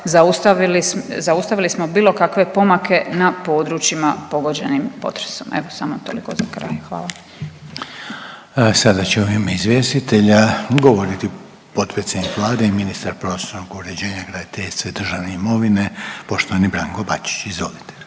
zaustavili smo bilo kakve pomake na područjima pogođenim potresom. Evo samo toliko za kraj. Hvala. **Reiner, Željko (HDZ)** Sada će u ime izvjestitelja govoriti potpredsjednik Vlade i ministar prostornog uređenja, graditeljstva i državne imovine, poštovani Branko Bačić, izvolite.